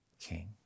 king